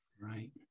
Right